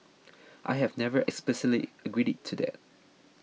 I have never explicitly agreed to that